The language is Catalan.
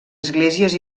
esglésies